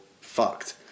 fucked